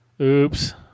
Oops